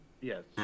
Yes